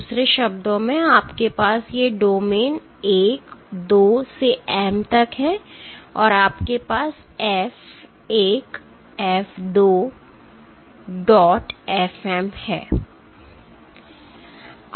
दूसरे शब्दों में आपके पास ये डोमेन 1 2 से M तक है और आपके पास F 1 F 2 dot F M है